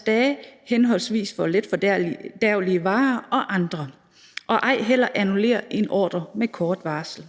30-60 dage for henholdsvis letfordærvelige varer og andre varer, og ej heller annullere en ordre med kort varsel.